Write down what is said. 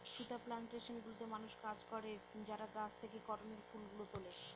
সুতা প্লানটেশন গুলোতে মানুষ কাজ করে যারা গাছ থেকে কটনের ফুল গুলো তুলে